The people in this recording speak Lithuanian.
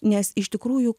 nes iš tikrųjų